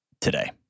today